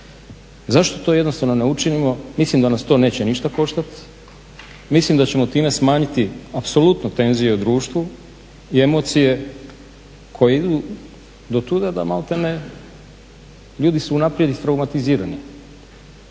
Zašto to jednostavno ne učinimo? Mislim da nas to neće ništa koštati, mislim da ćemo time smanjiti apsolutno tenzije u društvu i emocije koje idu do tuda da maltene ljudi su unaprijed istraumatizirani.